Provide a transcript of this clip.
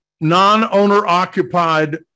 non-owner-occupied